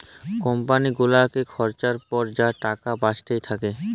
কম্পালি গুলালের খরচার পর যা টাকা বাঁইচে থ্যাকে